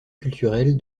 culturelle